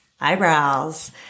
eyebrows